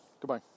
Goodbye